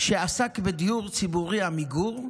שעסק בדיור ציבורי, עמיגור,